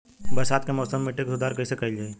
बरसात के मौसम में मिट्टी के सुधार कईसे कईल जाई?